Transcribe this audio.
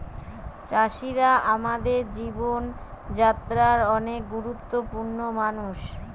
চাষিরা আমাদের জীবন যাত্রায় অনেক গুরুত্বপূর্ণ মানুষ